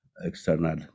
external